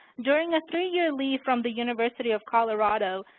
during a three-year leave from the university of colorado,